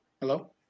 Hello